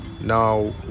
now